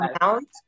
amount